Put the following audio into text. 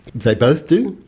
they both do.